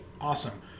awesome